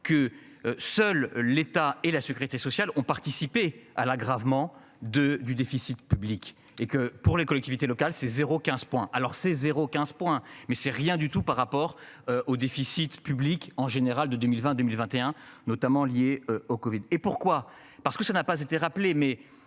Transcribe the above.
que seul l'État et la secrétaire et sociale ont participé à la gravement de du déficit public et que pour les collectivités locales c'est zéro 15 points alors c'est zéro 15 points mais c'est rien du tout par rapport au déficit public en général de 2022 1021 notamment liées au Covid et pourquoi parce que ça n'a pas été rappelée. Mais